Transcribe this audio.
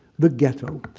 the ghetto,